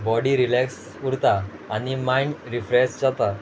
body relax उरता आनी mind refresh जाता